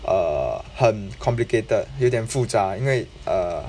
err 很 complicated 有一点复杂因为 err